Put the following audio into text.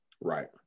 Right